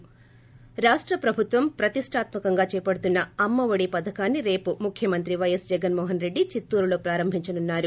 ి రాష్ట ప్రభుత్వం ప్రతిష్టాత్మ కంగా చేపడుతున్న అమ్మ ఒడి పధకాన్ని రేపు ముఖ్యమంత్రి వైఎస్ జగన్మోహన్ రెడ్లి చిత్తూరులో ప్రారంభించనున్నారు